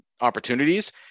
opportunities